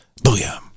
Booyah